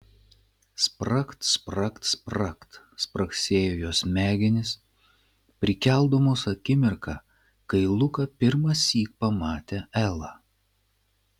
spragt spragt spragt spragsėjo jos smegenys prikeldamos akimirką kai luka pirmąsyk pamatė elą